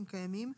אם קיימים,